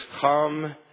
come